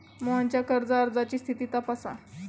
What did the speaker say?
मोहनच्या कर्ज अर्जाची स्थिती तपासा